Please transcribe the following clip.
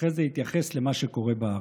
ואחרי זה אתייחס למה שקורה בארץ.